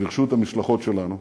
לרשות המשלחות שלנו.